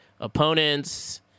opponents